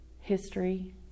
history